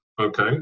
Okay